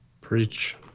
preach